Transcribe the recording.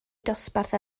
dosbarth